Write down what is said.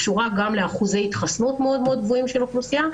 קשורה גם לאחוזי התחסנות מאוד מאוד גבוהים באוכלוסייה,